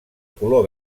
color